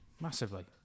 Massively